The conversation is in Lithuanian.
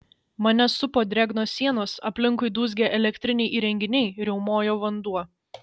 mane supo drėgnos sienos aplinkui dūzgė elektriniai įrenginiai riaumojo vanduo